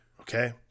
okay